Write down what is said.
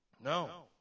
No